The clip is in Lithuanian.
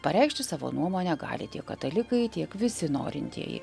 pareikšti savo nuomonę gali tiek katalikai tiek visi norintieji